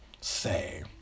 say